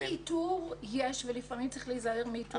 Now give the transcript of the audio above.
לדעתי איתור יש ולפעמים צריך להיזהר מאיתור יתר.